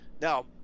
Now